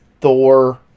Thor